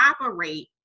operate